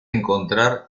encontrar